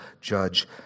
judge